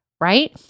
Right